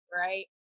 right